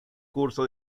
curso